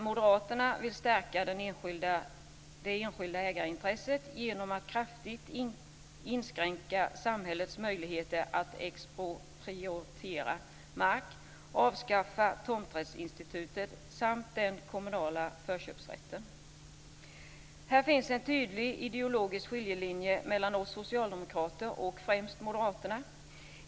Moderaterna vill stärka det enskilda ägarintresset genom att kraftigt inskränka samhällets möjligheter att expropriera mark, avskaffa tomträttsinstitutet samt den kommunala förköpsrätten. Här finns en tydlig ideologisk skiljelinje mellan oss socialdemokrater och främst moderaterna.